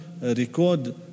record